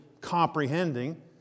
comprehending